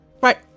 right